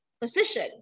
position